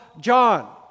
John